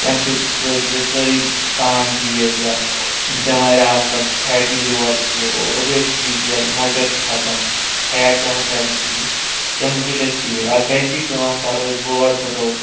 تَمہِ سۭتۍ روزوٕ تۅہہِ سٲرِی تان ٹھیٖک یا یِم بیٚمارِ اَزکَل چھِ پھیٹی لِوَر چھُ اوبیسِٹی چھِ یَتھ مۄچَر چھُ کھَسان پھیٹ چھِ آسان سارِنٕے کھٔتۍمٕتۍ تَمہِ سۭتۍ گژھِ ٹھیٖک اَگر گَرِچی کٲم کَرو أسۍ وٲر ہُدو